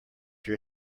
your